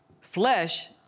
flesh